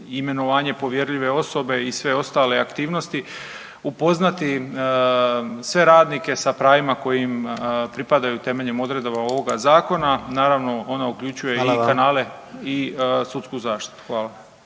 imenovanje povjerljive osobe i sve ostale aktivnosti upoznati sve radnike sa pravima koje im pripadaju temeljem odredaba ovog zakona. Naravno ono uključuje i kanale …/Upadica: Hvala